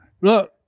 Look